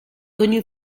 connu